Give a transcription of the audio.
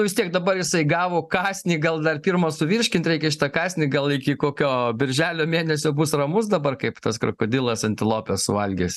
vistiek dabar jisai gavo kąsnį gal dar pirma suvirškint reikia šitą kąsnį gal iki kokio birželio mėnesio bus ramus dabar kaip tas krokodilas antilopę suvalgęs